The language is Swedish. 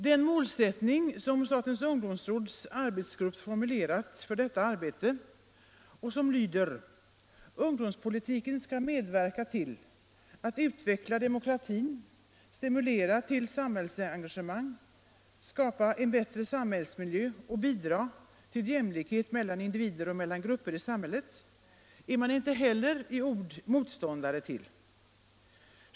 Den målsättning som statens ungdomsråds arbetsgrupp formulerat för detta arbete och som lyder: ”Ungdomspolitiken skall medverka till att utveckla demokratin, stimulera till samhällsengagemang, skapa en bättre samhällsmiljö och bidra till jämlikhet mellan individer och mellan grupper i samhället” är man inte heller i ord motståndare till.